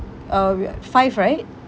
uh we're at five right